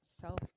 self